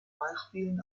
beispielen